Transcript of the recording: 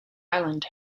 island